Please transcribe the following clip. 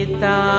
Ita